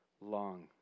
long